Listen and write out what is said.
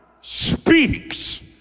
speaks